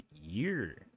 year